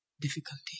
difficulty